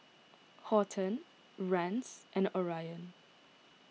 Horton Rance and Orion